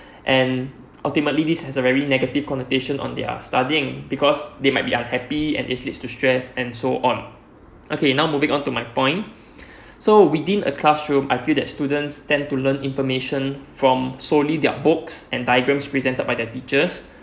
and ultimately this has a very negative connotation on their studying because they might be unhappy and this lead to stress and so on okay now moving on to my point so within a classroom I feel that students tend to learn information from solely their books and diagrams presented by the teachers